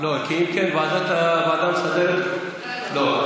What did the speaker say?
לא, כי אם כן, הוועדה המסדרת, לא.